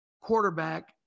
quarterback